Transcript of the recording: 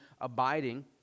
abiding